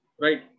Right